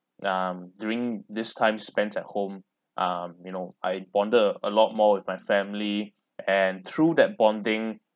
um during this time spends at home um you know I bonded a lot more with my family and through that bonding